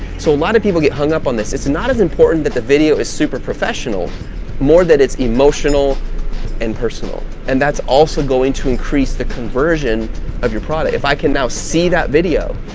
so a lot of people get hung up on this, it's and not as important that the video is super professional more that it's emotional and personal, and that's also going to increase the conversion of your product. if i can now see that video,